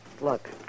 look